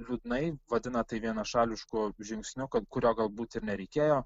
liūdnai vadina tai vienašališku žingsniu kurio galbūt ir nereikėjo